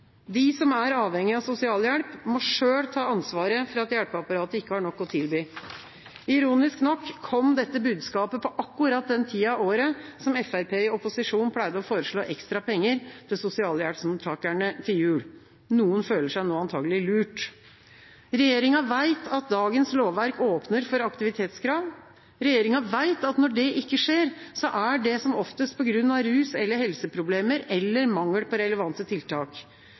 De som er avhengige av sosialhjelp, må selv ta ansvaret for at hjelpeapparatet ikke har nok å tilby. Ironisk nok kom dette budskapet på akkurat den tida av året som Fremskrittspartiet i opposisjon pleide å foreslå ekstra penger til sosialhjelpsmottakerne til jul. Noen føler seg nå antakelig lurt. Regjeringa vet at dagens lovverk åpner for aktivitetskrav. Regjeringa vet at når dette ikke skjer, er det som oftest på grunn av rus- eller helseproblemer, eller mangel på relevante tiltak.